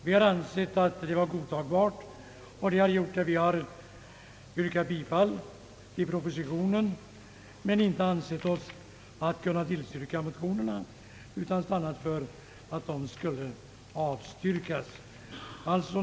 Vi har ansett det i propositionen framförda förslaget vara godtagbart, och det har gjort att vi har yrkat bifall till detta förslag, men vi har inte ansett oss kunna tillstyrka motionerna utan stannat för att yrka avslag på dem.